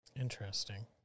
Interesting